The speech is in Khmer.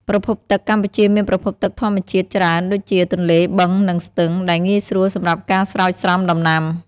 ប្រភពទឹក កម្ពុជាមានប្រភពទឹកធម្មជាតិច្រើនដូចជា ទន្លេ បឹង និងស្ទឹង ដែលងាយស្រួលសម្រាប់ការស្រោចស្រពដំណាំ។